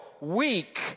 weak